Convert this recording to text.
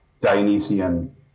Dionysian